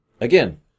Again